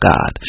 God